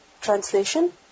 Translation